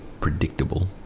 predictable